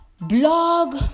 blog